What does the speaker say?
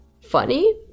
funny